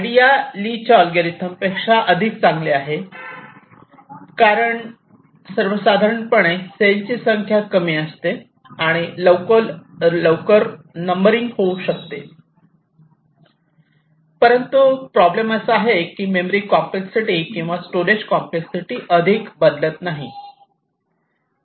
idea Lee च्या अल्गोरिदमपेक्षा अधिक चांगली आहे कारण सर्वसाधारणपणे सेल ची संख्या कमी असते आणि लवकर नंबरिंग होऊ शकते परंतु प्रॉब्लेम असा आहे की मेमरी कॉम्प्लेक्ससिटी किंवा स्टोरेज कॉम्प्लेक्ससिटी अधिक बदलत नाही